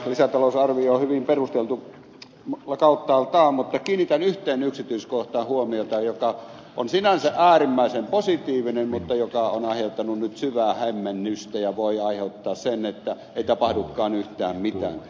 lisätalousarvio on hyvin perusteltu kauttaaltaan mutta kiinnitän huomiota yhteen yksityiskohtaan joka on sinänsä äärimmäisen positiivinen mutta joka on aiheuttanut nyt syvää hämmennystä ja voi aiheuttaa sen että ei tapahdukaan yhtään mitään